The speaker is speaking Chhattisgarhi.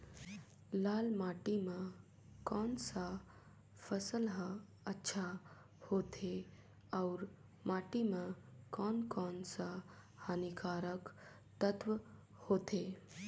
लाल माटी मां कोन सा फसल ह अच्छा होथे अउर माटी म कोन कोन स हानिकारक तत्व होथे?